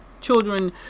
children